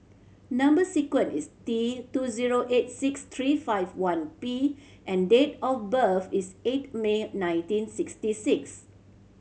number sequence is T two zero eight six three five one P and date of birth is eight May nineteen sixty six